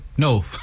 No